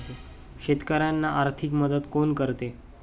शेतकऱ्यांना आर्थिक मदत कोण करते?